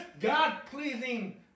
God-pleasing